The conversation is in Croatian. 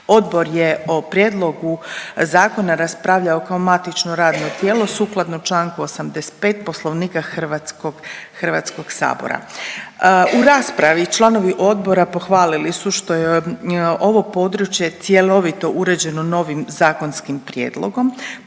Odbor je o prijedlogu zakona raspravljao kao matično radno tijelo sukladno čl. 85. Poslovnika HS. U raspravi članovi odbora pohvalili su što je ovo područje cjelovito uređeno novim zakonskim prijedlogom,